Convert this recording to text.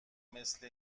مثل